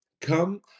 come